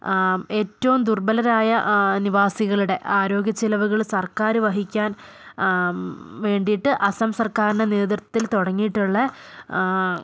ഏറ്റവും ദുർബലരായ നിവാസികളുടെ ആരോഗ്യ ചിലവുകൾ സർക്കാർ വഹിക്കാൻ വേണ്ടിയിട്ട് അസം സർക്കാരിൻ്റെ നേതൃത്വത്തിൽ തുടങ്ങിയിട്ടുള്ള